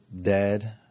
dead